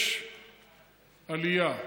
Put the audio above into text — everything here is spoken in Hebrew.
יש עלייה,